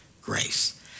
grace